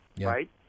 right